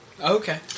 Okay